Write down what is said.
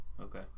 okay